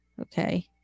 Okay